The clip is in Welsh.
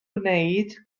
gwneud